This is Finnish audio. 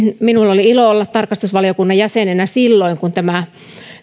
minulla oli ilo olla tarkastusvaliokunnan jäsenenä silloin kun tämä